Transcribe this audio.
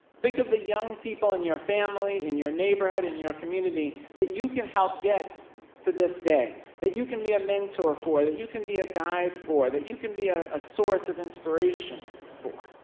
think of the young people in your family, in your neighborhood, in your community that you could help get to this day, that you can be a mentor for, that you can be a guide for, that you can be a a source of inspiration for.